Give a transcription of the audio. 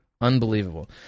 unbelievable